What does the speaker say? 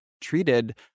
treated